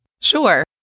Sure